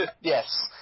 Yes